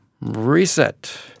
Reset